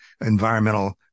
environmental